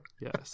yes